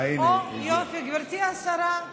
אוה, יופי, גברתי השרה.